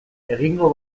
egingo